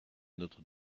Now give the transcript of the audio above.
notre